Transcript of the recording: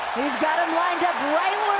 he's got them lined up right